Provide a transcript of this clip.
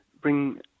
bring